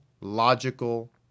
logical